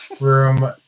room